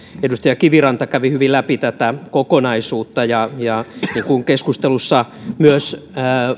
edustaja kiviranta kävi hyvin läpi tätä kokonaisuutta ja keskustelussa myös